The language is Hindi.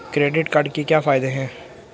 क्रेडिट कार्ड के क्या फायदे हैं?